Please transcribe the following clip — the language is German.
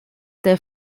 der